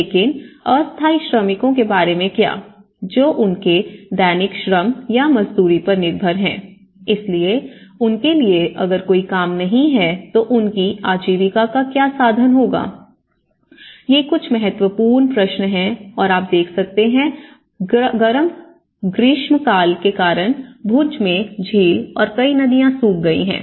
लेकिन अस्थायी श्रमिकों के बारे में क्या जो उनके दैनिक श्रम या मजदूरी पर निर्भर हैं इसलिए उनके लिए अगर कोई काम नहीं है तो उनकी आजीविका का क्या साधन होगा ये कुछ महत्वपूर्ण प्रश्न हैं और आप देख सकते हैं गर्म ग्रीष्मकाल के कारण भुज में झील और कई नदियां सूख गई है